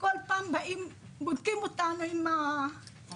וכל פעם באים ובודקים אותנו עם הפנס,